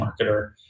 marketer